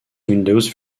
windows